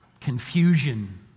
confusion